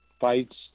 fights